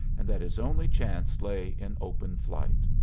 and that his only chance lay in open flight.